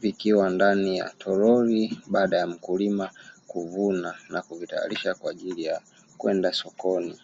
vikiwa ndani ya toroli baada ya mkulima kuvuna na kuvitayarisha kwa ajili ya kwenda sokoni.